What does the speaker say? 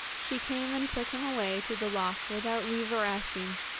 she came and took him away to the loch without leave or asking.